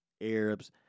Arabs